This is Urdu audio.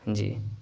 جی